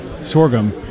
sorghum